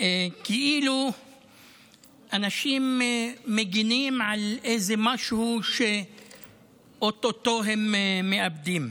וכאילו אנשים מגינים על משהו שאו-טו-טו הם מאבדים.